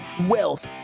wealth